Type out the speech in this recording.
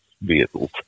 vehicles